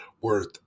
worth